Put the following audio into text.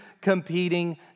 competing